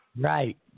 Right